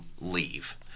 leave